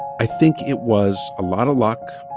i think it was a lot of luck,